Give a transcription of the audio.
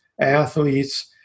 athletes